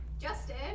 Justin